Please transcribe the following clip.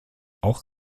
auch